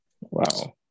Wow